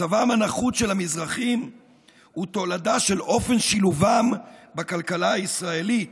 מצבם הנחות של המזרחים הוא תולדה של אופן שילובם בכלכלה הישראלית,